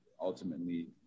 ultimately